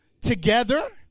together